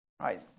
right